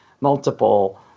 multiple